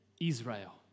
Israel